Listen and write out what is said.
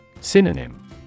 Synonym